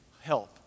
help